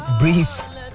Briefs